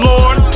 Lord